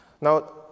Now